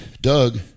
Doug